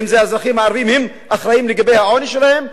האם האזרחים הערבים אחראים לעוני שלהם,